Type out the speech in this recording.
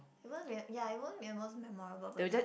even when ya it won't it wasn't memorable but it's like